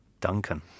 Duncan